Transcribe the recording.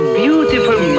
beautiful